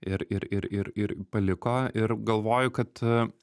ir ir ir ir ir paliko ir galvoju kad